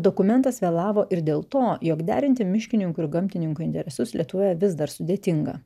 dokumentas vėlavo ir dėl to jog derinti miškininkų ir gamtininkų interesus lietuvoje vis dar sudėtinga